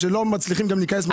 שלא מצליחים להיכנס בעומקו.